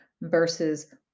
versus